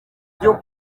byo